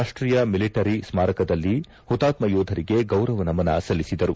ರಾಷ್ಟೀಯ ಮಿಲಟರಿ ಸ್ಮಾರಕದಲ್ಲಿ ಹುತಾತ್ಮ ಯೋಧರಿಗೆ ಗೌರವ ನಮನ ಸಲ್ಲಿಸಿದರು